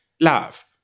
Love